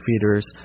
feeders